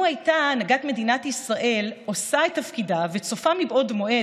לו הייתה הנהגת מדינת ישראל עושה את תפקידה וצופה מבעוד מועד